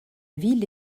ville